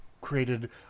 created